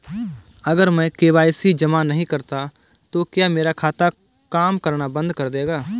अगर मैं के.वाई.सी जमा नहीं करता तो क्या मेरा खाता काम करना बंद कर देगा?